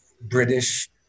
British